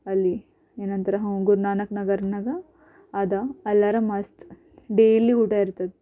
ಅಲ್ಲಿ ಏನಂತಾರ ಹ್ಞೂ ಗುರುನಾನಕ್ ನಗರ್ನಾಗ ಅದ ಅಲ್ಲಾರ ಮಸ್ತ್ ಡೈಲಿ ಊಟ ಇರ್ತದೆ